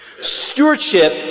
Stewardship